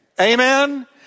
Amen